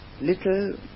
little